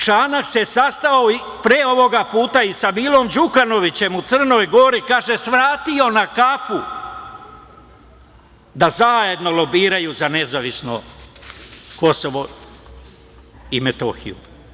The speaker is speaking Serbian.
Čanak se sastao pre ovoga puta i sa Milom Đukanovićem u Crnoj Gori, kaže - svratio na kafu, da zajedno lobiraju za nezavisno Kosovo i Metohiju.